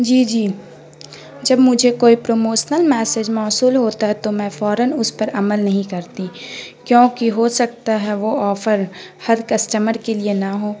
جی جی جب مجھے کوئی پروموسنل میسج موصول ہوتا ہے تو میں فوراً اس پر عمل نہیں کرتی کیونکہ ہو سکتا ہے وہ آفر ہر کسٹمر کے لیے نہ ہو